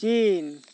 chin